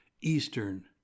Eastern